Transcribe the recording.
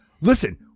listen